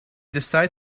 decided